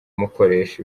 mukoresha